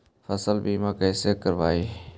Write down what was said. फसल बीमा कैसे करबइ?